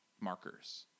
markers